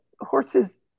horses